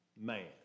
man